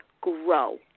grow